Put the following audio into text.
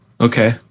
Okay